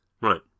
Right